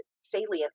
salient